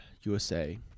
USA